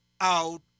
out